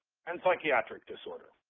and psychiatric disorder.